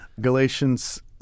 Galatians